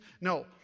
No